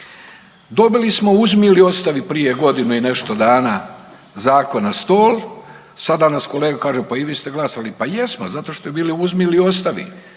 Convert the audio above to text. Dobili smo „uzmi ili ostavi“ prije godinu i nešto dana zakon na stol. Sada … kolega kaže, pa i vi ste glasali. Pa jesmo zato što je bilo uzmi ili ostavi,